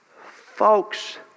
Folks